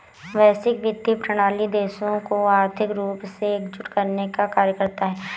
वैश्विक वित्तीय प्रणाली देशों को आर्थिक रूप से एकजुट करने का कार्य करता है